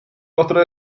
kohtuda